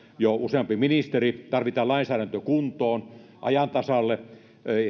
jo useampi ministeri tarvitaan lainsäädäntö kuntoon ajan tasalle ja